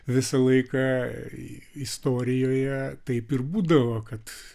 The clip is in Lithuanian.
visą laiką istorijoje taip ir būdavo kad